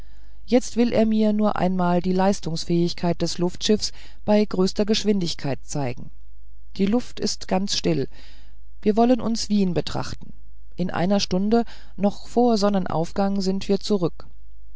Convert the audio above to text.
jetzt will er mir nur einmal die leistungsfähigkeit des luftschiffs bei größter geschwindigkeit zeigen die luft ist ganz still wir wollen uns wien betrachten in einer stunde noch vor sonnenaufgang sind wir zurück